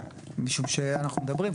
משום שאנחנו מדברים,